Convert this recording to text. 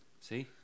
See